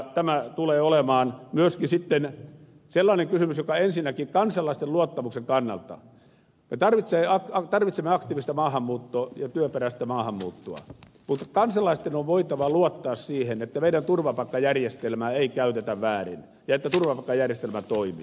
tämä tulee olemaan myöskin sitten sellainen kysymys että ensinnäkin kansalaisten luottamuksen kannalta me tarvitsemme aktiivista maahanmuuttoa ja työperäistä maahanmuuttoa mutta kansalaisten on voitava luottaa siihen että meidän turvapaikkajärjestelmää ei käytetä väärin ja että turvapaikkajärjestelmä toimii